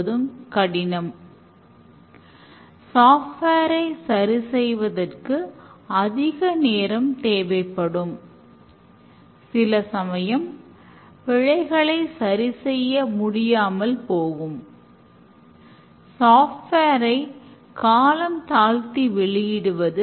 இதனை முறைப்படுத்த அனைவரும் தினமும் திட்டமிடும் முறையானது ரீபேக்டரிங் செய்யப்படுகிறது வடிவமைப்பு திட்டமும் தீவிரப்படுத்தப்படுகிறது